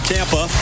Tampa